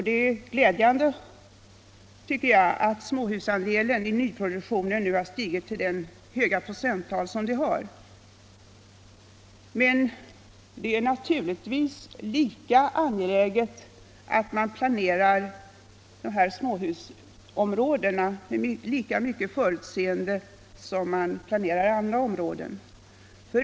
Det är glädjande, tycker jag, att småhusandelen i nyproduktionen nu har stigit till ett så högt procenttal. Men det är också angeläget att man planerar dessa småhusområden med lika mycket förutseende som andra områden.